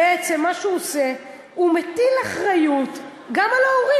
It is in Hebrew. בעצם מה שהוא עושה, הוא מטיל אחריות גם על ההורים.